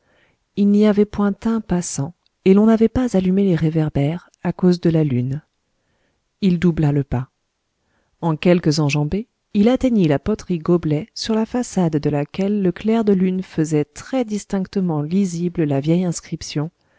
il n'y avait point un passant et l'on n'avait pas allumé les réverbères à cause de la lune il doubla le pas en quelques enjambées il atteignit la poterie goblet sur la façade de laquelle le clair de lune faisait très distinctement lisible la vieille inscription